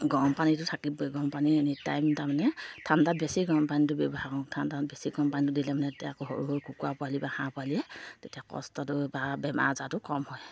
গৰম পানীটো থাকিবই গৰম পানী এনিটাইম তাৰমানে ঠাণ্ডাত বেছি গৰম পানীটো ব্যৱহাৰ কৰোঁ ঠাণ্ডাত বেছি গৰম পানীটো দিলে মানে তেতিয়া আকৌ সৰু সৰু কুকুৰা পোৱালি বা হাঁহ পোৱালীয়ে তেতিয়া কষ্টটো বা বেমাৰ আজাৰটো কম হয়